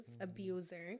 abuser